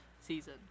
season